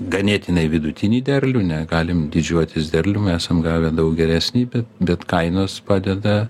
ganėtinai vidutinį derlių negalim didžiuotis derliumi esam gavę daug geresnį bet bet kainos padeda